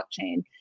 blockchain